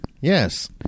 Yes